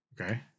Okay